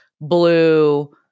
blue